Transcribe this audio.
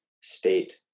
state